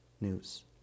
news